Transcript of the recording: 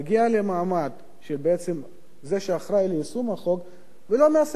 למעמד שהוא זה שאחראי ליישום החוק ולא מיישם אותו.